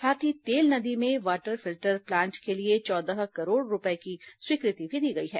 साथ ही तेल नदी में वाटर फील्डर प्लांट के लिए चौदह करोड़ रूपए की स्वीकृति भी दी गई है